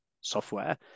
software